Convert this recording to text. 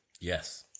Yes